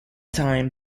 time